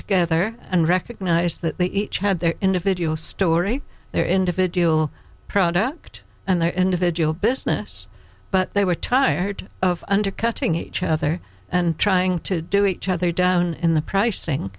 together and recognized that they each had their individual story their individual product and their individual business but they were tired of undercutting each other and trying to do each other down in the pric